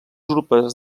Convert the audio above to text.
urpes